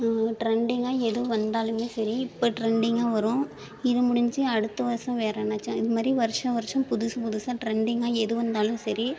ட்ரெண்டிங்காக எதுவும் வந்தாலும் சரி இப்போ ட்ரெண்டிங்காக வரும் இது முடிஞ்சு அடுத்த வருஷம் வேறு என்னாச்சும் இந்த மாதிரி வருஷா வருஷம் புதுசு புதுசாக ட்ரெண்டிங்காக எது வந்தாலும் சரி